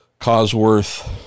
Cosworth